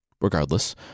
Regardless